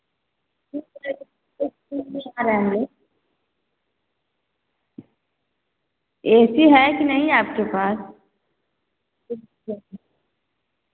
आ रहे हैं हम लोग ऐ सी है कि नहीं आपके पास